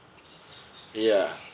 ya